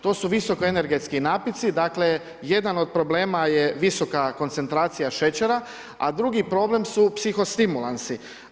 To su visokoenergetski napitci, jedan od problema je visoka koncentracija šećera a drugi problem su psiho stimulansi.